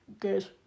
good